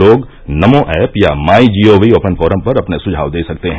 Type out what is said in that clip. लोग नमो ऐप या my gov open forum पर अपने सुझाव दे सकते हैं